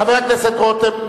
חבר הכנסת רותם,